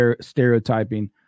stereotyping